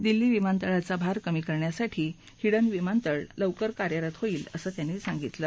दिल्ली विमानतळावरचा भार कमी करण्यासाठी हिंडन विमानतळ लवकरच कार्यरत होईलअसं त्यांनी सांगितलं